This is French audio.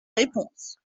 réponse